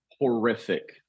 horrific